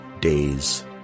Days